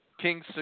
kings